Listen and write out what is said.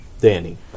Danny